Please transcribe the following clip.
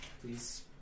Please